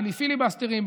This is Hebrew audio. בלי פיליבסטרים,